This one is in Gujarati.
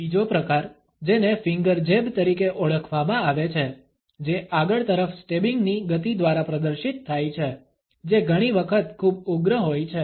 બીજો પ્રકાર જેને ફિંગર જેબ તરીકે ઓળખવામાં આવે છે જે આગળ તરફ સ્ટેબિંગ ની ગતિ દ્વારા પ્રદર્શિત થાય છે જે ઘણી વખત ખૂબ ઉગ્ર હોય છે